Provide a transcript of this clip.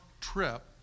trip